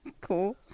Cool